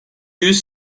yüz